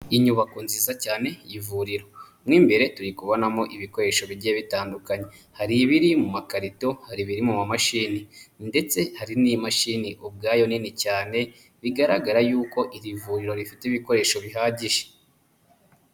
Ni inyubako nziza cyane y'ivuriro. Mo imbere turi kubonamo ibikoresho bigiye bitandukanye. Harri ibiri mu makarito, hari ibi mu mamashini ndetse hari n'imashini ubwayo nini cyane bigaragara yuko iri vuriro rifite ibikoresho bihagije.